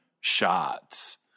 shots